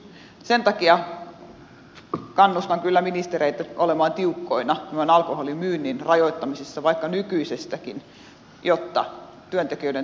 sen takia kannustan kyllä ministereitä olemaan tiukkoina alkoholin myynnin rajoittamisessa vaikka nykyisestäkin jotta työntekijöiden turvallisuus paranee